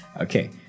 Okay